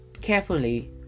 carefully